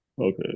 Okay